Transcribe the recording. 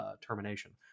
termination